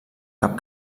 cap